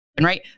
right